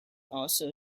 also